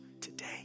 today